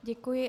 Děkuji.